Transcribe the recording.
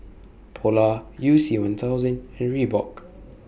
Polar YOU C one thousand and Reebok